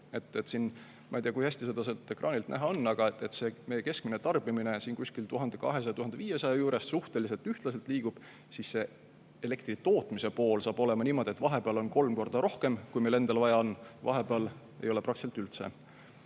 Ma ei tea, kui hästi seda sealt ekraanilt näha on, aga meie keskmine tarbimine on siin 1200–1500 juures, suhteliselt ühtlaselt liigub, kuid elektri tootmise pool hakkab olema niisugune, et vahepeal on kolm korda rohkem, kui meil endal vaja on, vahepeal ei ole peaaegu üldse.